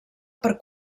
per